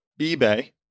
eBay